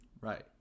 right